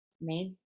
made